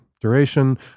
Duration